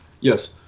Yes